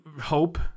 hope